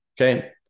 Okay